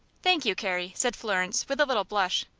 thank you, carrie, said florence, with a little blush.